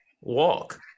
walk